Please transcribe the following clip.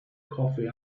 coffee